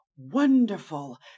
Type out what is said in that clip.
wonderful